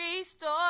ReStore